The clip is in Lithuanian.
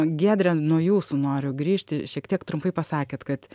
giedre nuo jūsų noriu grįžti šiek tiek trumpai pasakėt kad